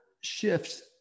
shifts